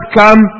come